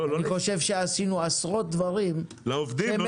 אני חושב שעשינו עשרות דברים שמגינים --- לעובדים.